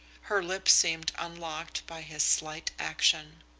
her lips seemed unlocked by his slight action.